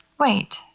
Wait